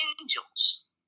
angels